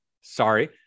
sorry